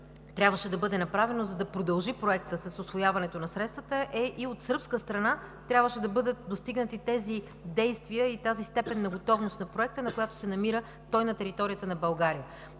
трябваше да бъде направено, за да продължи Проектът с усвояването на средствата, е, че от сръбска страна трябваше да бъдат достигнати тези действия и тази степен на готовност на Проекта, на която се намира той на територията на България.